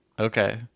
Okay